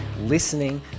listening